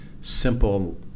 simple